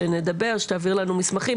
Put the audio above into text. אשמח שנדבר ותעביר לנו מסמכים,